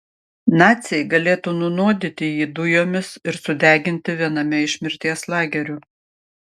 naciai galėtų nunuodyti jį dujomis ir sudeginti viename iš mirties lagerių